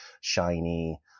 shiny